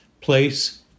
place